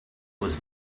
was